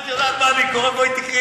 את יודעת מה אני קורא פה עכשיו?